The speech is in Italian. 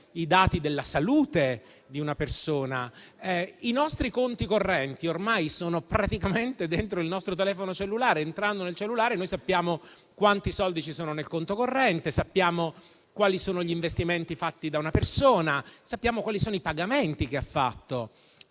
i dati della salute di una persona; i nostri conti correnti ormai sono praticamente dentro il nostro telefono cellulare, tramite il quale possiamo sapere quanti soldi ci sono nel conto corrente, quali sono gli investimenti fatti da una persona o i pagamenti che ha eseguito.